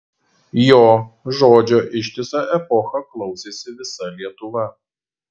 jo žodžio ištisą epochą klausėsi visa lietuva